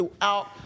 throughout